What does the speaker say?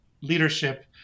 leadership